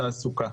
תעסוקה.